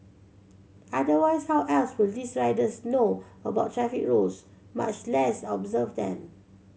otherwise how else will these riders know about traffic rules much less observe them